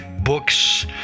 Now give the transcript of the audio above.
books